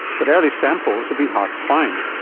but early samples have been hard to find,